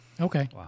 Okay